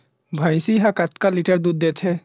भंइसी हा कतका लीटर दूध देथे?